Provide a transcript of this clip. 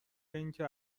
اینکه